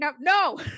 No